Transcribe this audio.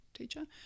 teacher